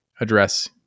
address